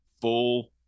full